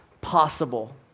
possible